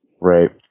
Right